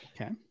Okay